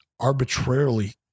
arbitrarily